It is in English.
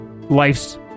life's